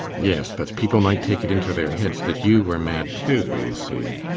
yes, but people might take it into their heads that you were mad too, you see.